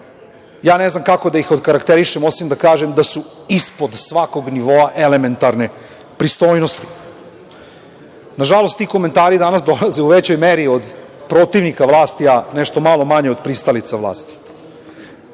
ja ne znam kako da ih okarakterišem osim da kažem da su ispod svakog nivoa elementarne pristojnosti. Nažalost, ti komentari danas dolaze u većoj meri od protivnika vlasti, a nešto malo manje od pristalica vlasti. Navešću